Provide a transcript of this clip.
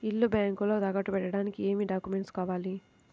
ఇల్లు బ్యాంకులో తాకట్టు పెట్టడానికి ఏమి డాక్యూమెంట్స్ కావాలి?